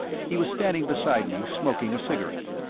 he was standing beside me smoking a cigarette.